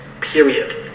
period